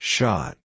Shot